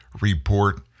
report